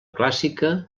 clàssica